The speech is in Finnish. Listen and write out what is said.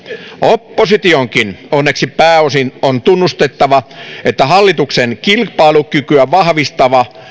oppositionkin onneksi pääosin on tunnustettava että hallituksen kilpailukykyä vahvistava